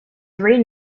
three